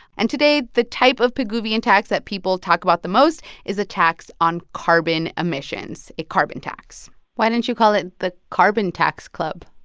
and today, the type of pigouvian tax that people talk about the most is a tax on carbon emissions, a carbon tax why don't you call it the carbon tax club?